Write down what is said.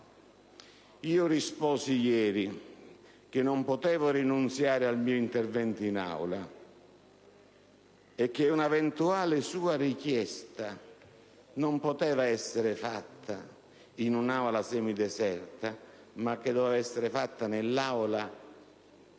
Io risposi ieri che non potevo rinunciare al mio intervento in Aula, e che un'eventuale sua richiesta non poteva essere fatta in un'Aula semideserta, ma doveva essere fatta in un'Aula come quella